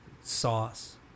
sauce